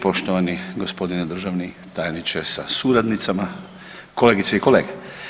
Poštovani gospodine državni tajniče sa suradnicama, kolegice i kolege.